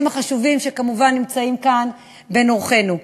החשובים שכמובן נמצאים כאן בין אורחינו.